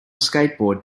skateboard